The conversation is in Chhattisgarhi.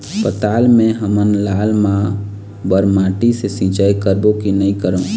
पताल मे हमन हाल मा बर माटी से सिचाई करबो की नई करों?